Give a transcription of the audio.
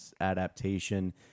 adaptation